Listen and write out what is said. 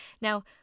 Now